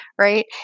right